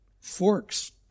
Forks